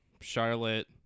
Charlotte